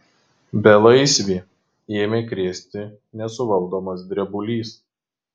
belaisvį ėmė krėsti nesuvaldomas drebulys